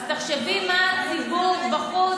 אז תחשבי מה הציבור בחוץ,